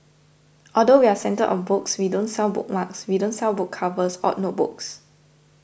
although we're centred of books we don't sell bookmarks we don't sell book covers or notebooks